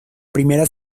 primera